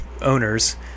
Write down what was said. owners